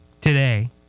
today